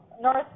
North